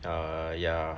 err ya